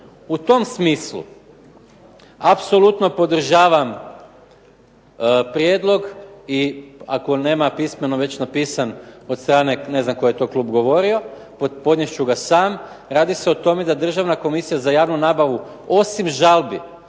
U tom smislu apsolutno podržavam prijedlog i ako nema pismeno već napisan od strane, ne znam koji je to klub govorio, podnijet ću ga sam. Radi se o tome da Državna komisija za javnu nabavu osim žalbi